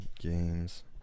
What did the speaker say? Games